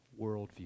worldview